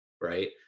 Right